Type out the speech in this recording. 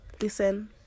listen